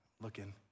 looking